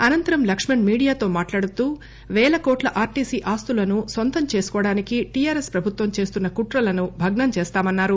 అనంతరం లక్ష్మణ్ మీడియాతో మాట్లాడుతూ పేల కోట్ల ఆర్టీసీ ఆస్తులను నొంతం చేసుకోవడానికి టీఆర్ ఎస్ ప్రభుత్వం చేస్తున్న కుట్రలను భగ్నం చేస్తామన్నారు